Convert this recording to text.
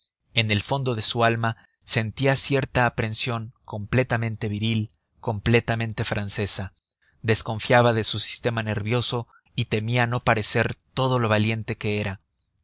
en el fondo de su alma sentía cierta aprensión completamente viril completamente francesa desconfiaba de su sistema nervioso y temía no parecer todo lo valiente que era